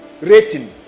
rating